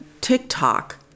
TikTok